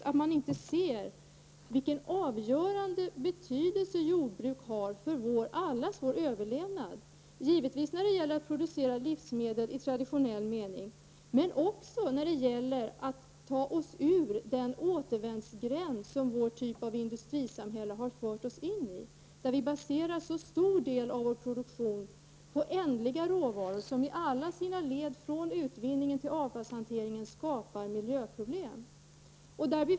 Man ser inte vilken avgörande betydelse jordbruket har för allas vår överlevnad. Det gäller givetvis att producera livsmedel i traditionell mening, men också att ta sig ur den återvändsgränd som vårt industrisamhälle har fört oss in i. Vi baserar så stor del av vår produktion på ändliga råvaror som i alla sina led från utvinning till avfallshantering skapar miljöproblem.